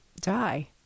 die